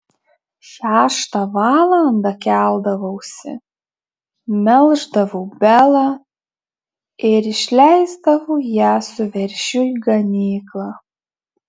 šeštą valandą keldavausi melždavau belą ir išleisdavau ją su veršiu į ganyklą